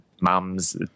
mums